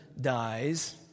dies